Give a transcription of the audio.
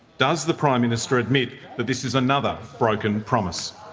does the prime minister admit that this is another broken promise?